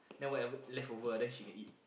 then whatever leftover ah then she can eat